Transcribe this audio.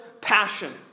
passion